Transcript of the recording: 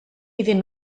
iddyn